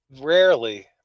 Rarely